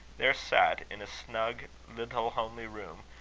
there sat, in a snug little homely room,